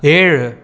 ஏழு